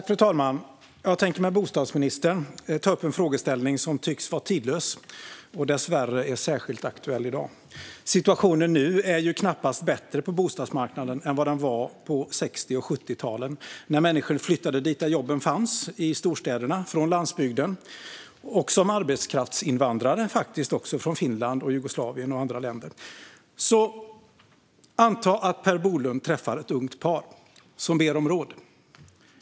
Fru talman! Jag vill med bostadsministern ta upp en frågeställning som tycks vara tidlös och dessvärre är särskilt aktuell i dag. Situationen på bostadsmarknaden är knappast bättre nu än vad den var på 60 och 70-talen när människor flyttade dit där jobben fanns, i storstäderna, från landsbygden. Människor flyttade också hit som arbetskraftsinvandrare från Finland, Jugoslavien och andra länder. Anta att Per Bolund träffar ett ungt par som ber om råd.